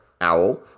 Owl